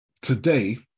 Today